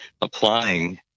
applying